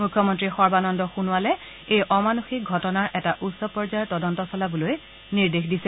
মুখ্যমন্ত্ৰী সৰ্বানন্দ সোণোৱালে এই অমানুষিক ঘটনাৰ এটা উচ্চ পৰ্যায়ৰ তদন্ত চলাবলৈ নিৰ্দেশ দিছে